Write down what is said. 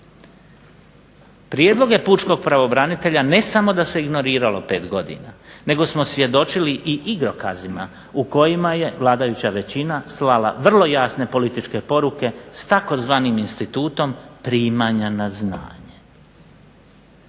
Prijedloge pučkog pravobranitelja ne samo da se ignoriralo 5 godina, nego smo svjedočili i igrokazima u kojima je vladajuća većina slala vrlo jasne političke poruke s tzv. institutom primanja na znanje.